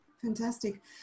fantastic